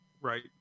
Right